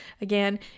again